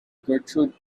gertrude